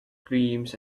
dreams